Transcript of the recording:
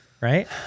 right